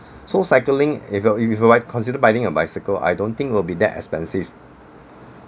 so cycling if you if you like consider buying a bicycle I don't think will be that expensive